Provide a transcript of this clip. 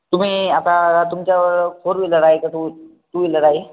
तुम्ही आता तुमच्या फोर व्हीलर आहे का टू टू व्हीलर आहे